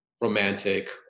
romantic